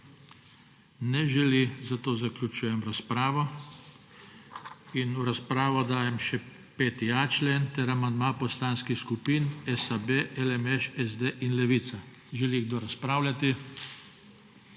Ne želi, zato zaključujem razpravo. In v razpravo dajem še 5.a člen ter amandma poslanskih skupin SAB, LMŠ, SD in Levica. Želi kdo razpravljati?